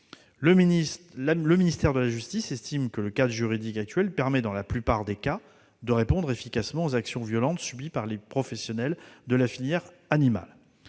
Le ministère de la justice estime que le cadre juridique actuel permet, dans la plupart des cas, de répondre efficacement aux actions violentes subies par les professionnels de la filière animale.